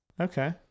Okay